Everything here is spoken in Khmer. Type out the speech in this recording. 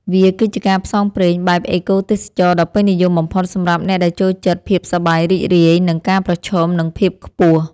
វាគឺជាការផ្សងព្រេងបែបអេកូទេសចរណ៍ដ៏ពេញនិយមបំផុតសម្រាប់អ្នកដែលចូលចិត្តភាពសប្បាយរីករាយ និងការប្រឈមនឹងភាពខ្ពស់។